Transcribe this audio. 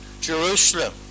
Jerusalem